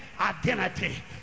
identity